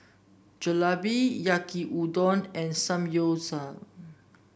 Jalebi Yaki Udon and Samgyeopsal